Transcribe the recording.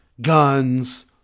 guns